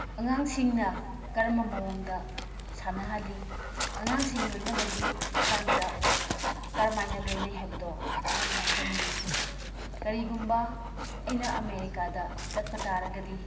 ꯑꯉꯥꯡꯁꯤꯡꯅ ꯀꯔꯝꯕ ꯃꯑꯣꯡꯗ ꯁꯥꯟꯅꯍꯜꯂꯤ ꯑꯉꯥꯡꯁꯤꯡ ꯂꯣꯏꯅꯕꯒꯤ ꯃꯇꯥꯡꯗ ꯀꯔꯝꯃꯥꯏꯅ ꯂꯣꯏꯅꯩ ꯍꯥꯏꯕꯗꯣ ꯑꯩꯍꯥꯛꯅ ꯈꯪꯅꯤꯡꯉꯤ ꯀꯔꯤꯒꯨꯝꯕ ꯑꯩꯅ ꯑꯃꯦꯔꯤꯀꯥꯗ ꯆꯠꯄ ꯇꯥꯔꯒꯗꯤ